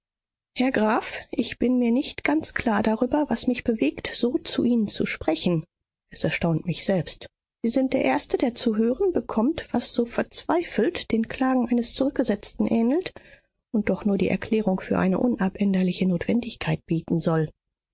herr graf ich bin mir nicht ganz klar darüber was mich bewegt so zu ihnen zu sprechen es erstaunt mich selbst sie sind der erste der zu hören bekommt was so verzweifelt den klagen eines zurückgesetzten ähnelt und doch nur die erklärung für eine unabänderliche notwendigkeit bieten soll